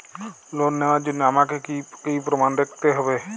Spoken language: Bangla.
লোন নেওয়ার জন্য আমাকে কী কী প্রমাণ দেখতে হবে?